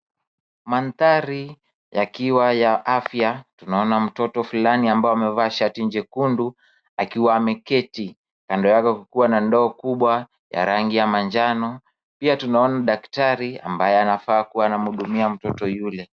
Mandhari yakiwa ya afya, tunaona mtoto fulani ambaye amevaa shati jekundu akiwa ameketi kando yake kukiwa na ndoo kubwa ya rangi ya manjano. Pia tunaona daktari ambaye anafaa kuwa anamhudumia mtoto yule.